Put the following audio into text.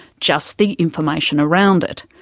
just the information around it.